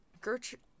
gertrude